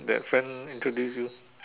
that friend introduce you